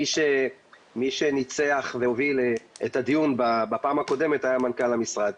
מי שניצח והוביל את הדיון בפעם הקודמת היה מנכ"ל המשרד.